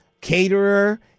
caterer